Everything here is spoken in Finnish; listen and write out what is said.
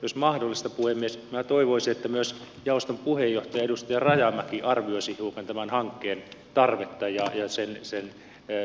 jos mahdollista puhemies minä toivoisin että myös jaoston puheenjohtaja edustaja rajamäki arvioisi hiukan tämän hankkeen tarvetta ja sen nopeuttamista